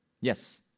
yes